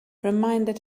reminded